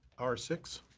r six.